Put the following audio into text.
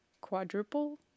quadruple